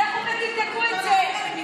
לכו ותבדקו את זה.